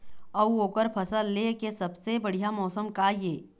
अऊ ओकर फसल लेय के सबसे बढ़िया मौसम का ये?